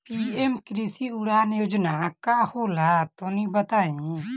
PM कृषि उड़ान योजना का होला तनि बताई?